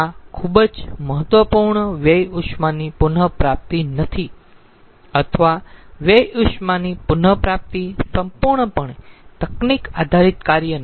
આ ખૂબ જ મહત્વપૂર્ણ વ્યય ઉષ્માની પુન પ્રાપ્તિ નથી અથવા વ્યય ઉષ્માની પુન પ્રાપ્તિ સંપૂર્ણપણે તકનીક આધારિત કાર્ય નથી